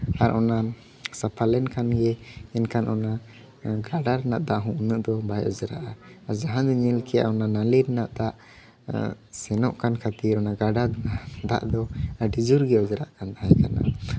ᱟᱨ ᱚᱱᱟ ᱥᱟᱯᱷᱟ ᱞᱮᱱᱠᱷᱟᱱ ᱜᱮ ᱮᱱᱠᱷᱟᱱ ᱚᱱᱟ ᱜᱟᱰᱟ ᱨᱮᱱᱟᱜ ᱫᱟᱜ ᱫᱚ ᱩᱱᱟᱹᱜ ᱫᱚ ᱵᱟᱭ ᱚᱡᱽᱨᱟᱜᱼᱟ ᱡᱟᱦᱟᱸ ᱜᱮ ᱧᱮᱞ ᱠᱮᱜᱼᱟ ᱚᱱᱟ ᱱᱟᱹᱞᱤ ᱨᱮᱭᱟᱜ ᱫᱟᱜ ᱥᱮᱱᱚᱜ ᱠᱟᱱ ᱠᱷᱟᱹᱛᱤᱨ ᱚᱱᱟ ᱜᱟᱰᱟ ᱫᱟᱜ ᱫᱚ ᱟᱹᱰᱤ ᱡᱳᱨᱜᱮ ᱚᱡᱽᱨᱟᱜ ᱠᱟᱱ ᱛᱟᱦᱮᱸ ᱠᱟᱱᱟ